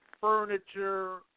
furniture